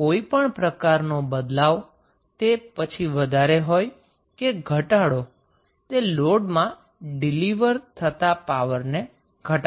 કોઈપણ પ્રકારનો બદલાવ તે પછી વધારો હોય કે ઘટાડો તે લોડમાં ડિલિવર થતાં પાવરને ઘટાડશે